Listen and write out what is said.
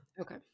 Okay